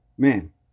Man